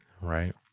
Right